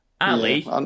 Ali